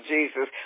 Jesus